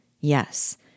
Yes